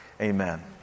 Amen